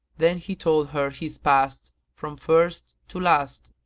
then he told her his past from first to last,